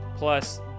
Plus